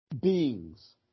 beings